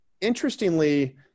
interestingly